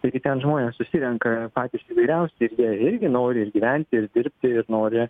taigi ten žmonės susirenka patys įvairiausi ir jie irgi nori ir gyventi ir dirbti nori